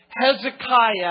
Hezekiah